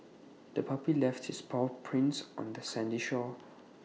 the puppy left its paw prints on the sandy shore